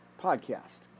podcast